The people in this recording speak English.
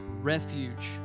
Refuge